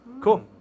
cool